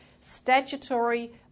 statutory